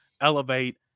elevate